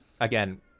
Again